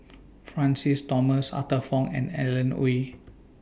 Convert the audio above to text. Francis Thomas Arthur Fong and Alan Oei